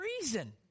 reason